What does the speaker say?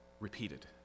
repeated